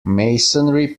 masonry